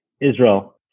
Israel